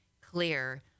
clear